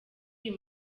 uyu